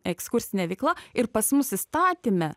ekskursinė veikla ir pas mus įstatyme